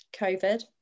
COVID